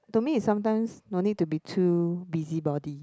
to me is sometimes no need to be too busybody